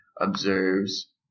observes